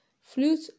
flute